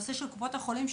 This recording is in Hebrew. לנושא של קופות החולים.